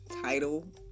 title